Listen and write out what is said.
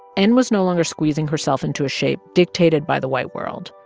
n was no longer squeezing herself into a shape dictated by the white world,